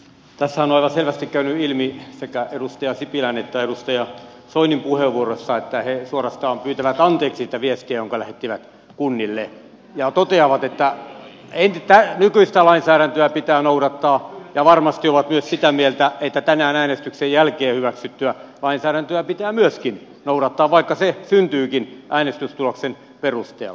tässähän on aivan selvästi käynyt ilmi sekä edustaja sipilän että edustaja soinin puheenvuoroissa että he suorastaan pyytävät anteeksi sitä viestiä jonka lähettivät kunnille ja toteavat että nykyistä lainsäädäntöä pitää noudattaa ja varmasti ovat myös sitä mieltä että tänään äänestyksen jälkeen hyväksyttyä lainsäädäntöä pitää myöskin noudattaa vaikka se syntyykin äänestystuloksen perusteella